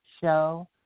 show